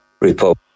Republic